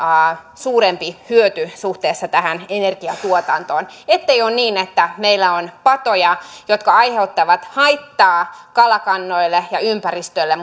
suurempi hyöty suhteessa tähän energiatuotantoon ettei ole niin että meillä on patoja jotka aiheuttavat haittaa kalakannoille ja ympäristölle